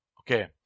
Okay